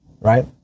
right